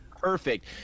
perfect